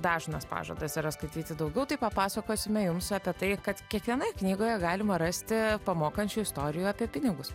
dažnas pažadas yra skaityti daugiau tai papasakosime jums apie tai kad kiekvienoj knygoje galima rasti pamokančių istorijų apie pinigus